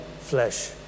flesh